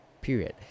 period